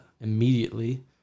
immediately